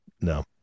no